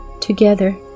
together